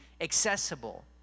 accessible